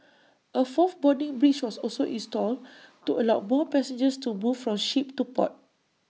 A fourth boarding bridge was also installed to allow more passengers to move from ship to port